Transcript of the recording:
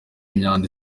imyanda